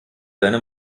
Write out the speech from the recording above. deine